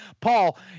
Paul